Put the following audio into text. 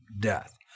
death